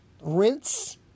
rinse